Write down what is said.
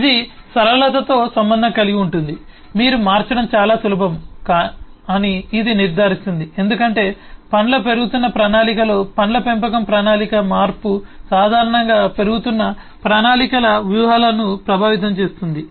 ఇది సరళతతో సంబంధం కలిగి ఉంటుంది మీరు మార్చడం చాలా సులభం అని ఇది నిర్ధారిస్తుంది ఎందుకంటే పండ్ల పెరుగుతున్న ప్రణాళికలో పండ్ల పెంపకం ప్రణాళిక మార్పు సాధారణంగా పెరుగుతున్న ప్రణాళికల వ్యూహాలను ప్రభావితం చేస్తుంది